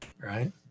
Right